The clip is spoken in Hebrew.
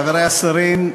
חברי השרים,